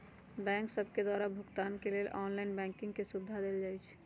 bank सभके द्वारा भुगतान के लेल ऑनलाइन बैंकिंग के सुभिधा देल जाइ छै